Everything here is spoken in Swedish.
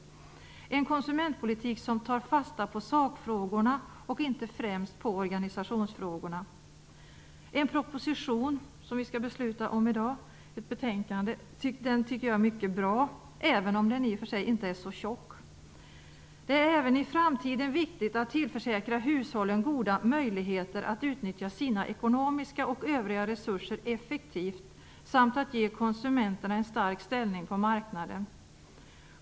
Vi behöver en konsumentpolitik som tar fasta på sakfrågorna och inte främst på organisationsfrågorna. Den proposition och det betänkande som vi skall besluta om i dag tycker jag är mycket bra, även om betänkandet inte är så tjockt. Det är även i framtiden viktigt att tillförsäkra hushållen goda möjligheter att utnyttja sina ekonomiska och övriga resurser effektivt, samt att ge konsumenterna en stark ställning på marknaden.